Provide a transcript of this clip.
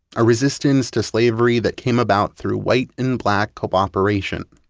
a resistance to slavery that came about through white and black cooperation.